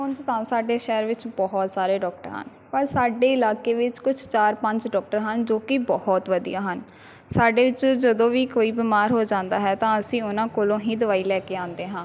ਉਂਝ ਤਾਂ ਸਾਡੇ ਸ਼ਹਿਰ ਵਿੱਚ ਬਹੁਤ ਸਾਰੇ ਡੋਕਟਰ ਹਨ ਪਰ ਸਾਡੇ ਇਲਾਕੇ ਵਿੱਚ ਕੁਛ ਚਾਰ ਪੰਜ ਡੋਕਟਰ ਹਨ ਜੋ ਕਿ ਬਹੁਤ ਵਧੀਆ ਹਨ ਸਾਡੇ ਵਿੱਚ ਜਦੋਂ ਵੀ ਕੋਈ ਬਿਮਾਰ ਹੋ ਜਾਂਦਾ ਹੈ ਤਾਂ ਅਸੀਂ ਓਹਨਾਂ ਕੋਲੋ ਹੀ ਦਵਾਈ ਲੈ ਕੇ ਆਂਦੇ ਹਾਂ